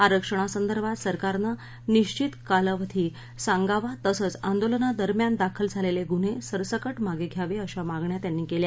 आरक्षणासंदर्भात सरकारनं निश्चित कालवधी सांगावा तसंच आंदोलना दरम्यान दाखल झालद्वा गुन्हस्रिरसकट मागच्याव अशा मागण्या त्यांनी कल्या